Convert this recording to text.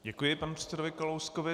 Děkuji panu předsedovi Kalouskovi.